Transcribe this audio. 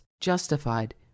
justified